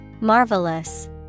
Marvelous